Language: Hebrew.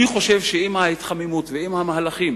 אני חושב שאם ההתחממות ואם המהלכים